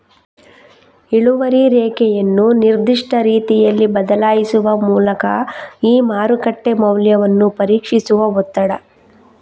ಇಳುವರಿ ರೇಖೆಯನ್ನು ನಿರ್ದಿಷ್ಟ ರೀತಿಯಲ್ಲಿ ಬದಲಾಯಿಸುವ ಮೂಲಕ ಈ ಮಾರುಕಟ್ಟೆ ಮೌಲ್ಯವನ್ನು ಪರೀಕ್ಷಿಸುವ ಒತ್ತಡ